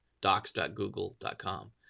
Docs.google.com